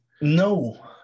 No